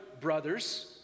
brothers